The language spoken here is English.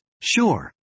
Sure